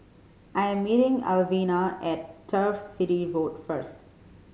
I am meeting Alwina at Turf City Road first